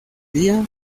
día